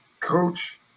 coach